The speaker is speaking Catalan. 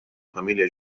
família